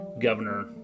governor